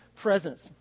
presence